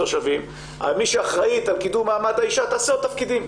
תושבים מי שאחראית על קידום מעמד האישה תעשה עוד תפקידים,